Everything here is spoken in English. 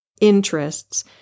interests